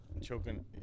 choking